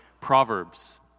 Proverbs